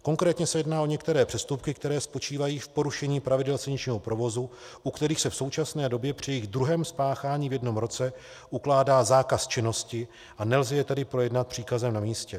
Konkrétně se jedná o některé přestupky, které spočívají v porušení pravidel silničního provozu, u kterých se v současné době při jejich druhém spáchání v jednom roce ukládá zákaz činnosti, a nelze je tedy projednat příkazem na místě.